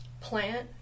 plant